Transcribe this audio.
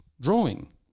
drawing